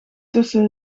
tussen